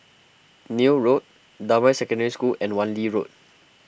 Neil Road Damai Secondary School and Wan Lee Road